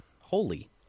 Holy